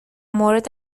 مورد